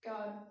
God